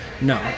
No